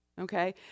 Okay